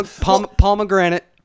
pomegranate